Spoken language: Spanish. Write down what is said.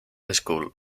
school